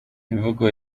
imvugo